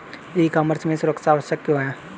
ई commerce में सुरक्षा आवश्यक क्यों है?